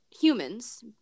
humans